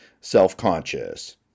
self-conscious